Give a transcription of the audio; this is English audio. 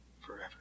forever